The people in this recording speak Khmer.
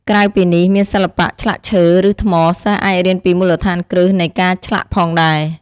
ក្រៅពីនេះ មានសិល្បៈឆ្លាក់ឈើ ឬថ្ម សិស្សអាចរៀនពីមូលដ្ឋានគ្រឹះនៃការឆ្លាក់ផងដែរ។